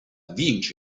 vince